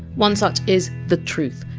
one such is the truth.